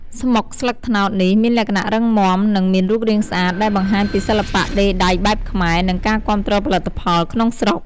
ស្មុកស្លឹកត្នោតនេះមានលក្ខណៈរឹងមាំ និងមានរូបរាងស្អាត ដែលបង្ហាញពីសិល្បៈដេរដៃបែបខ្មែរ និងការគាំទ្រផលិតផលក្នុងស្រុក។